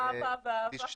באהבה, באהבה.